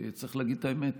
צריך להגיד את האמת,